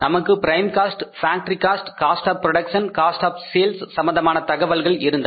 நமக்கு prime cost factory cost cost of production cost of sales சம்பந்தமான தகவல்கள் இருந்தன